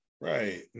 Right